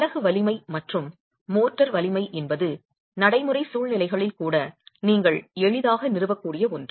அலகு வலிமை மற்றும் மோர்டார் வலிமை என்பது நடைமுறை சூழ்நிலைகளில் கூட நீங்கள் எளிதாக நிறுவக்கூடிய ஒன்று